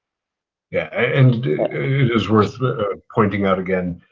yeah and it's worth pointing out again,